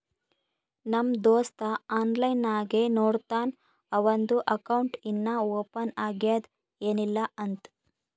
ನಮ್ ದೋಸ್ತ ಆನ್ಲೈನ್ ನಾಗೆ ನೋಡ್ತಾನ್ ಅವಂದು ಅಕೌಂಟ್ ಇನ್ನಾ ಓಪನ್ ಆಗ್ಯಾದ್ ಏನಿಲ್ಲಾ ಅಂತ್